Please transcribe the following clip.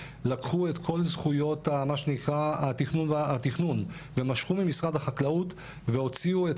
לקחו את כל זכויות התכנון ומשכו ממשרד החקלאות והוציאו את